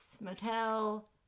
Motel